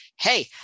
hey